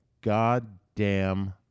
goddamn